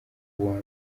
uwa